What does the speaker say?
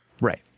Right